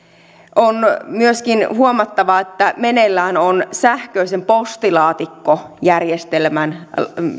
on myöskin huomattava että meneillään on sähköisen postilaatikkojärjestelmän